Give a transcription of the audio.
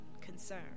concern